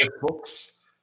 books